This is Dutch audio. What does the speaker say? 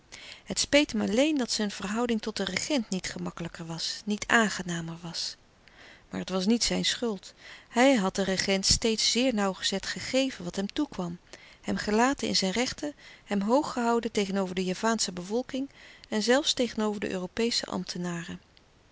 het speet hem alleen dat zijn verhouding tot den regent niet gemakkelijker was niet aangenamer was maar het was niet zijn schuld hij had den regent steeds zeer nauwgezet gegeven wat hem toekwam hem gelaten in zijn rechten hem hoog gehouden tegenover de javaansche bevolking en zelfs tegenover de europeesche ambtenaren